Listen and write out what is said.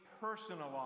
personalized